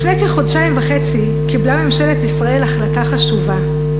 לפני כחודשיים וחצי קיבלה ממשלת ישראל החלטה חשובה,